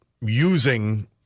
using